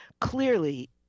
clearly